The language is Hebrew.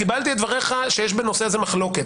קיבלתי את דבריך שיש בנושא הזה מחלוקת.